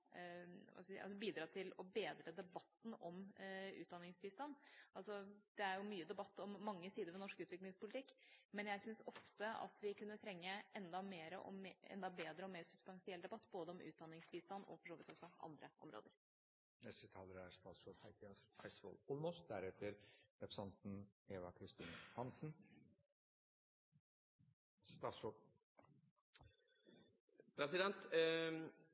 bedre debatten om utdanningsbistand. Det er mye debatt om mange sider ved norsk utviklingspolitikk, men jeg syns ofte vi kunne trenge enda bedre og mer substansiell debatt, både om utdanningsbistand og for så vidt også andre områder. La meg ta noen av de tingene som Ine Marie Eriksen Søreide trekker fram. Det ene er